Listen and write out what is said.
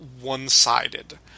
one-sided